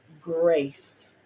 grace